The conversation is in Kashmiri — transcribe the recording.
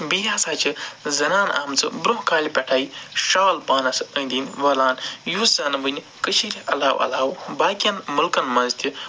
بیٚیہِ ہسا چھِ زنانہٕ آمژٕ برٛونٛہہ کالہِ پٮ۪ٹھَے شال پانَس أنٛدۍ أنٛدۍ وَلان یُس زَنہٕ وٕنہِ کٔشیٖرِ علاوٕ علاوٕ باقیَن مُلکن منٛز تہِ